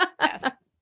Yes